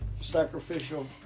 sacrificial